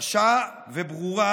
קשה וברורה,